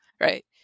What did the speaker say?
right